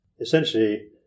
Essentially